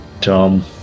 Tom